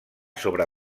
sobre